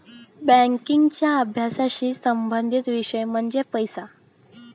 बँकिंगच्या अभ्यासाशी संबंधित विषय म्हणजे पैसा